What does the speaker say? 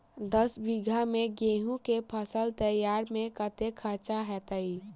दस बीघा मे गेंहूँ केँ फसल तैयार मे कतेक खर्चा हेतइ?